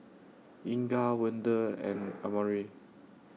Inga Wende and Amare